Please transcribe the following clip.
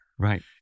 Right